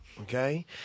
okay